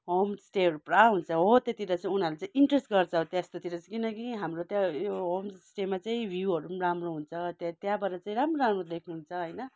home स्टेहरू पुरा हुन्छ हो त्यति बेला चाहिँ उनीहरूले चाहिँ इन्ट्रेस्ट गर्छ त्यस्तोतिर चाहिँ किनकि हाम्रो त्यहाँ यो होम स्टेमा चाहिँ भ्युहरू राम्रो हुन्छ त्यहाँ त्यहाँबाट चाहिँ राम्रो राम्रो देख्नु हुन्छ है